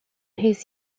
his